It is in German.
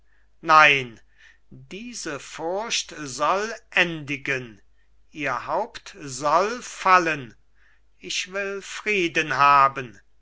nein diese furcht soll endigen ihr haupt soll fallen ich will frieden haben